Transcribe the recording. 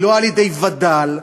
היא לא על-ידי וד"ל,